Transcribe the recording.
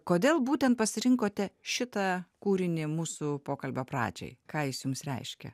kodėl būtent pasirinkote šitą kūrinį mūsų pokalbio pradžiai ką jis jums reiškia